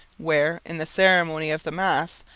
where, in the ceremony of the mass,